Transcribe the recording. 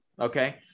Okay